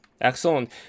Excellent